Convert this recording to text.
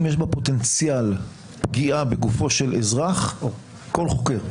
אם יש בה פוטנציאל פגיעה בגופו של אזרח כל חוקר,